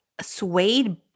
suede